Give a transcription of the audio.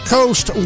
Coast